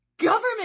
government